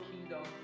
kingdom